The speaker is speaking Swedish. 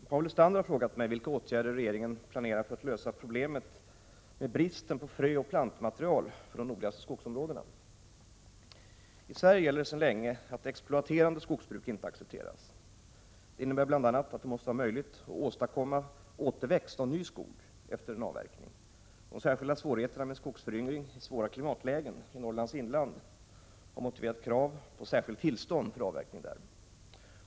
Herr talman! Paul Lestander har frågat mig vilka åtgärder regeringen planerar för att lösa problemet med bristen på fröoch plantmaterial för de nordligaste skogsområdena. I Sverige gäller sedan länge att exploaterande skogsbruk inte accepteras. Det innebär bl.a. att det måste vara möjligt att åstadkomma återväxt av ny skog efter en avverkning. De särskilda svårigheterna med skogsföryngring i svåra klimatlägen i Norrlands inland har motiverat krav på särskilt tillstånd för avverkning där.